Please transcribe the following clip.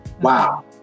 wow